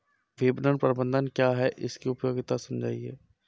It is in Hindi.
विपणन प्रबंधन क्या है इसकी उपयोगिता समझाइए?